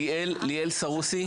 ליאל סרוסי?